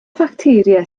facteria